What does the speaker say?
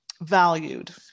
valued